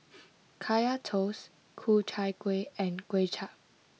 Kaya Toast Ku Chai Kueh and Kway Chap